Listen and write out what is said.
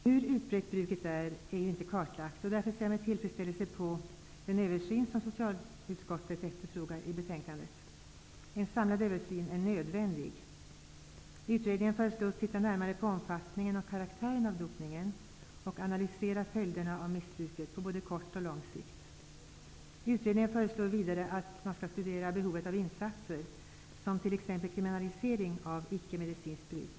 Hur utbrett bruket är har man inte kartlagt. Därför ser jag med tillfredsställelse fram emot den översyn som socialutskottet efterfrågar. En samlad översyn är nämligen nödvändig. Utredningen föreslås titta närmare på omfattningen och karaktären när det gäller dopningen och analysera följderna av missbruket på både kort och lång sikt. Vidare föreslås utredningen studera behovet av insatser. Det gäller t.ex. kriminalisering av icke-medicinskt bruk.